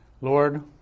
Lord